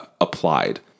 applied